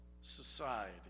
society